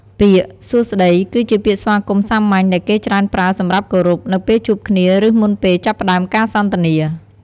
ពាក្យ «សួស្តី» គឺជាពាក្យស្វាគមន៍សាមញ្ញ ដែលគេច្រើនប្រើសម្រាប់គោរព នៅពេលជួបគ្នា ឬមុនពេលចាប់ផ្តើមការសន្ទនា។